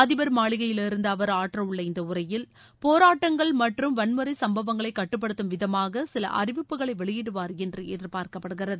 அதிபர் மாளிகையிலிருந்து அவர் ஆற்றவுள்ள இந்த உரையில் போராட்டங்கள் மற்றும் வன்முறை சம்பவங்களை கட்டுப்படுத்தும் விதமாக சில அறிவிப்புகளை வெளியிடுவார் என்று எதிர்பார்க்கப்படுகிறது